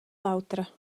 l’autra